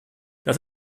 das